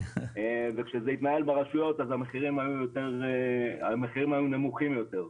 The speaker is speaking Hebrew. וכשזה התנהל ברשויות אז המחירים היו נמוכים יותר.